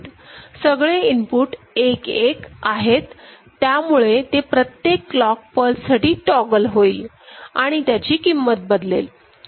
सगळे इनपुट 11 आहेतत्यामुळे ते प्रत्येक क्लॉक पल्स साठी टौगल होईलआणि त्याची किंमत बदलेल